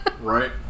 Right